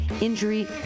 injury